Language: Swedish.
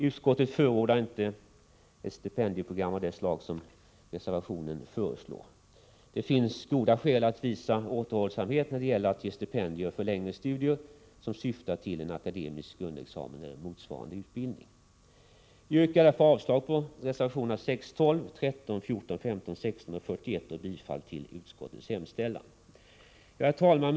Utskottet förordar inte ett stipendieprogram av det slag som föreslås i reservationen. Det finns goda skäl att visa återhållsamhet när det gäller att ge stipendier för längre studier som syftar till en akademisk grundexamen eller motsvarande utbildning. Jag yrkar därför avslag på reservationerna 6, 12, 13, 14, 15, 16 och 41 och bifall till utskottets hemställan. Herr talman!